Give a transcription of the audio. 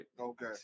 Okay